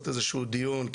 לעשות כאן איזשהו דיון,